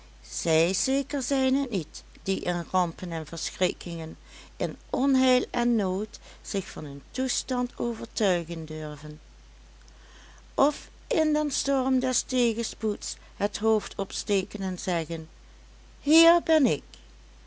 zij zeker zijn het niet die in rampen en verschrikkingen in onheil en nood zich van hun toestand overtuigen durven of in den storm des tegenspoeds het hoofd opsteken en zeggen hier ben ik